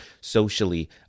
socially